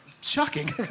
shocking